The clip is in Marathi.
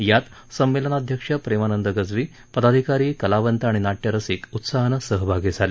यात संमेलनाध्यक्ष प्रेमानंद गज्वी पदाधीकारी कलावंत आणि नाट्यरसिक उत्साहानं सहभागी झाले